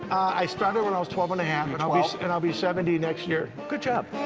i started when i was twelve and a half. and i'll and i'll be seventy next year. good job.